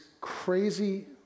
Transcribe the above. crazy